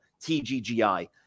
TGGI